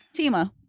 Tima